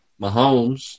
Mahomes